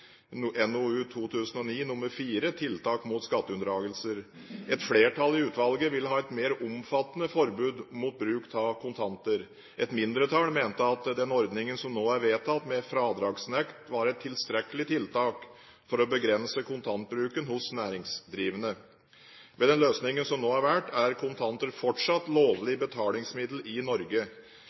NOU 2009:4 Tiltak mot skatteunndragelser. Et flertall i utvalget ville ha et mer omfattende forbud mot bruk av kontanter. Et mindretall mente at den ordningen som nå er vedtatt med fradragsnekt, var et tilstrekkelig tiltak for å begrense kontantbruken hos næringsdrivende. Ved den løsningen som nå er valgt, er kontanter fortsatt lovlig betalingsmiddel i Norge.